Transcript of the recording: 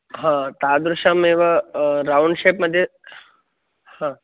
हा तादृशम् एव रौण्ड् शेप् मध्ये हां